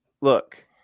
look